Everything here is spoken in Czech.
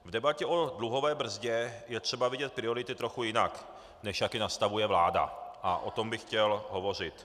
V debatě o dluhové brzdě je třeba vidět priority trochu jinak, než jak je nastavuje vláda, a o tom bych chtěl hovořit.